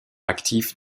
actif